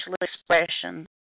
expression